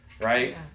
Right